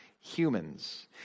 humans